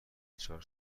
چهار